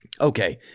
Okay